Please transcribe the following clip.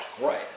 Right